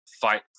fight